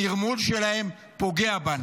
הנרמול שלהם פוגע בנו.